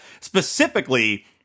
specifically